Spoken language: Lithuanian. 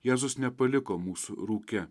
jėzus nepaliko mūsų rūke